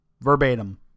verbatim